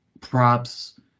props